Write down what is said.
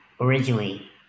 originally